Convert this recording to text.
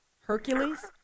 Hercules